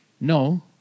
No